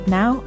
now